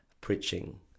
preaching